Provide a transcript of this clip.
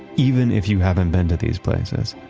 even if you haven't been to these places,